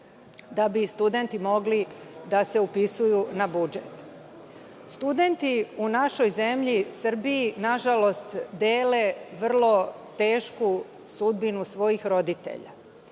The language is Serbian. da bi studenti mogli da se upisuju na budžet. Studenti u našoj zemlji Srbiji, nažalost, dele vrlo tešku sudbinu svojih roditelja.